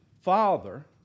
father